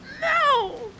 no